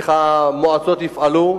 איך המועצות יפעלו,